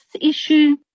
issue